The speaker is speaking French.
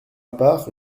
part